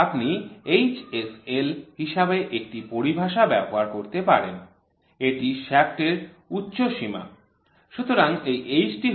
আপনি HSL হিসাবে একটি পরিভাষা ব্যবহার করতে পারেন এটি শ্য়াফ্টির উচ্চ সীমা